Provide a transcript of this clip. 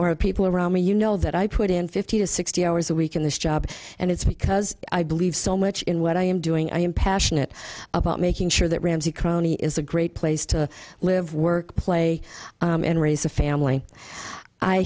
more people around me you know that i put in fifty to sixty hours a week in this job and it's because i believe so much in what i am doing i am passionate about making sure that ramsey cronie is a great place to live work play and raise a family i